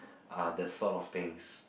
ah that sort of things